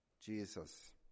Jesus